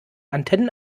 antennen